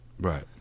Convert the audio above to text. right